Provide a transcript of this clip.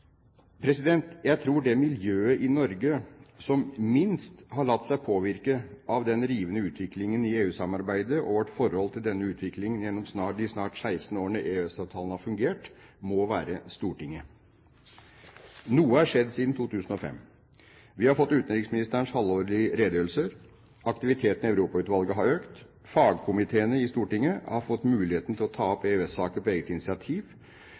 Jeg tror det miljøet i Norge som minst har latt seg påvirke av den rivende utviklingen i EU-samarbeidet og vårt forhold til denne utvikling gjennom de snart 16 årene EØS-avtalen har fungert, må være Stortinget. Noe er skjedd siden 2005. Vi har fått utenriksministerens halvårlige redegjørelse. Aktiviteten i Europautvalget har økt. Fagkomiteene i Stortinget har fått mulighet til å ta opp EØS-saker på eget initiativ.